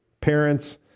parents